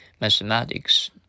Mathematics